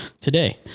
today